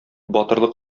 батырлык